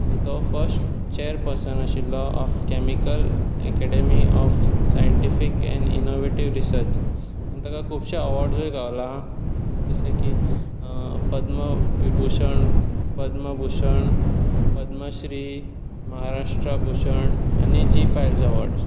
आनी तो first chairperson आशिल्लो of chemical academy of scientific and innovative research आनी ताका खुबशे अवॉर्डूय गावला जशे की पद्म विभूषण पद्म भूषण पद्मश्री महाराष्ट्रा भूषण आनी जी फायल्स अवॉर्डस